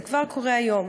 זה כבר קורה היום.